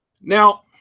Now